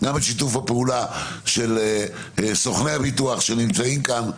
גם את שיתוף הפעולה של סוכני הביטוח שנמצאים כאן.